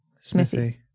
Smithy